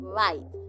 right